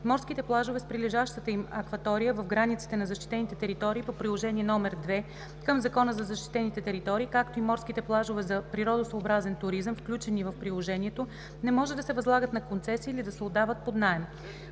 Морските плажове с прилежащата им акватория в границите на защитените територии по приложение № 2 към Закона за защитените територии, както и морските плажове за природосъобразен туризъм, включени в приложението, не може да се възлагат на концесия или да се отдават под наем.“;